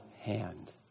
hand